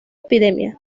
epidemia